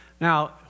Now